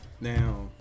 Now